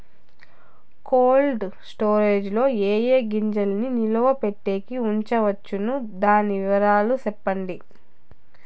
Cold storage లో ఏ ఏ గింజల్ని నిలువ పెట్టేకి ఉంచవచ్చును? దాని వివరాలు సెప్పండి?